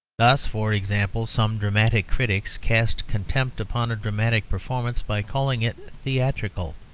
thus, for example, some dramatic critics cast contempt upon a dramatic performance by calling it theatrical,